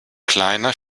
kleiner